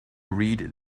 read